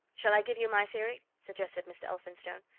shall i give you my theory? suggested mr. elphinstone.